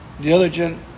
Diligent